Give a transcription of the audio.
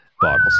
bottles